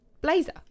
blazer